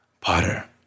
Potter